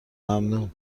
ممنون